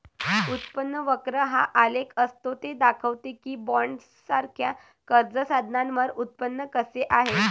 उत्पन्न वक्र हा आलेख असतो ते दाखवते की बॉण्ड्ससारख्या कर्ज साधनांवर उत्पन्न कसे आहे